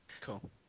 Cool